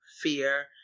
fear